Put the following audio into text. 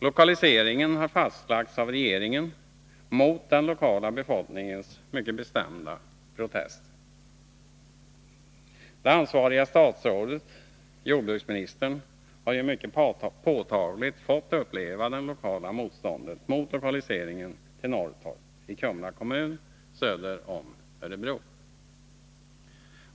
Lokaliseringen har fastlagts av regeringen mot den lokala befolkningens mycket bestämda protester. Det ansvariga statsrådet, jordbruksministern, har mycket påtagligt fått uppleva det lokala motståndet mot lokaliseringen till Norrtorp i Kumla kommun söder om Örebro.